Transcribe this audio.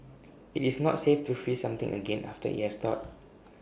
IT is not safe to freeze something again after IT has thawed